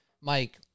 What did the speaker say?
Mike